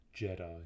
Jedi